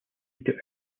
into